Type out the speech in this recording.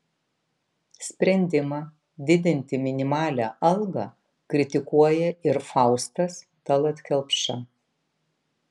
sprendimą didinti minimalią algą kritikuoja ir faustas tallat kelpša